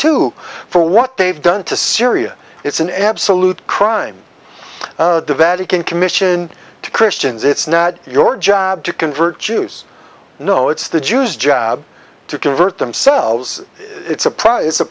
too for what they've done to syria it's an absolute crime the vatican commission to christians it's not your job to convert jews no it's the jews job to convert themselves it's a